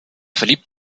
verliebt